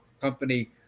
company